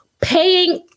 paying